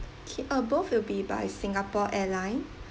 okay uh both will be by singapore airlines